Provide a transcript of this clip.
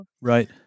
Right